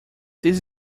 this